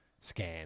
Scan